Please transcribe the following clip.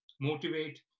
motivate